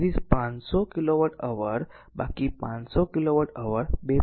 તેથી 500 kilowatt hour બાકી 500 kilowatt hour 2